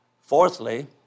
Fourthly